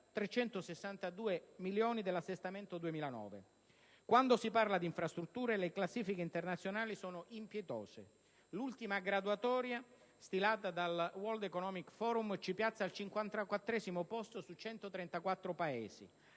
2.362 milioni dell'assestamento 2009. Quando si parla di infrastrutture le classifiche internazionali sono impietose: l'ultima graduatoria stilata dal *World Economic Forum* ci piazza al 54° posto su 134 Paesi.